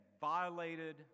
violated